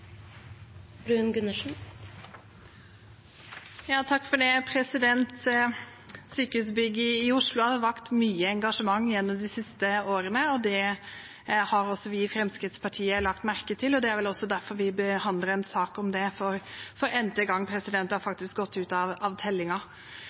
Sykehusbygget i Oslo har vakt mye engasjement gjennom de siste årene. Det har også vi i Fremskrittspartiet lagt merke til, og det er vel også derfor vi behandler en sak om det for n-te gang